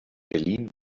berlin